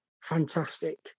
fantastic